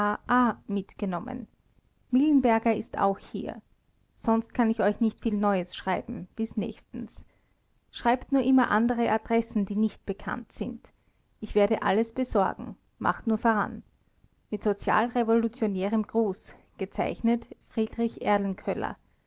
genommen millenberger ist auch hier sonst kann ich euch nicht viel neues schreiben bis nächstens schreibt nur immer andere adressen die nicht bekannt sind ich werde alles besorgen macht nur voran mit sozialrevolutionärem gruß gez